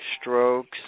strokes